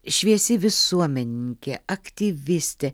šviesi visuomenininkė aktyvistė